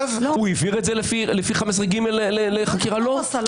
הוא העביר את זה לפי 15ג. אני לא יודעת מה הוא עשה.